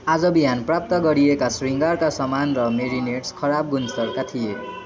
आज बिहान प्राप्त गरिएका शृङ्गारका सामान र म्यारिनेड्स खराब गुणस्तरका थिए